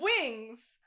wings